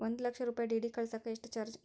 ಒಂದು ಲಕ್ಷ ರೂಪಾಯಿ ಡಿ.ಡಿ ಕಳಸಾಕ ಎಷ್ಟು ಚಾರ್ಜ್?